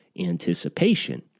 anticipation